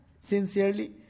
sincerely